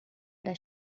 does